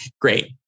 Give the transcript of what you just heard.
Great